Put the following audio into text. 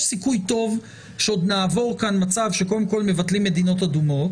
יש סיכוי טוב שעוד נעבור כאן מצב שקודם כל מבטלים מדינות אדומות,